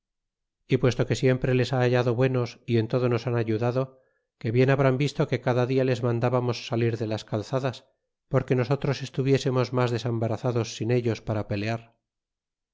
y puesto que siempre les ha hallado buenos y en lodo nos han ayudado que bien habrán visto que cada dia les mandábamos salir de las calzadas porque nosotros estuviésemos mas desembarazados sin ellos para pelear